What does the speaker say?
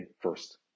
first